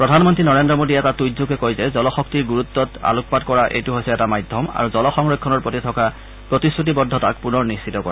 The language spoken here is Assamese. প্ৰধানমন্ত্ৰী নৰেদ্ৰ মোদীয়ে এটা টূইটযোগে কয় যে জলশক্তিৰ গুৰুত্তা আলোকপাত কৰা এইটো হৈছে এটা মাধ্যম আৰু জল সংৰক্ষণৰ প্ৰতি থকা প্ৰতিশ্ৰুতিবদ্ধতাক পুনৰ নিশ্চিত কৰা